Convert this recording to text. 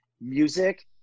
music